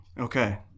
Okay